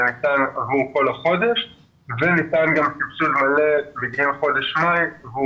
זה ניתן עבור כל החודש וניתן גם פיצוי מלא בגיל חודש מאי עבור